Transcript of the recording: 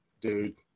dude